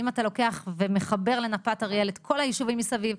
אם אתה לוקח ומחבר לנפת אריאל את כל הישובים מסביב,